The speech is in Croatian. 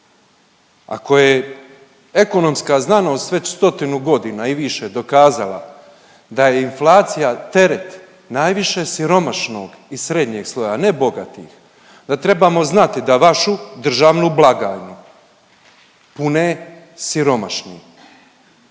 Ako je ekonomska znanost već stotinu godina i više dokazala da je inflacija teret najviše siromašnog i srednjeg sloja, ne bogatih, da trebamo znati da vašu državnu blagajnu pune siromašni.